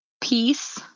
Peace